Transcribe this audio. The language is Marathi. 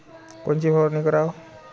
कोनची फवारणी कराव?